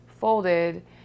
folded